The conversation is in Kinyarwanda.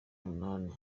munani